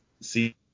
see